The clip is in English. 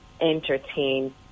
entertain